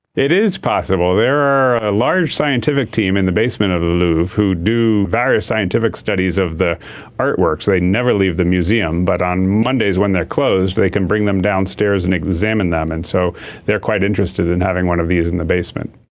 it is possible, there are a large scientific team in the basement of the louvre who do various scientific studies of the artworks. they never leave the museum. but on mondays when they closed they can bring them downstairs and examine them. and so they are quite interested in having one of these in the basement.